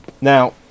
Now